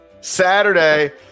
Saturday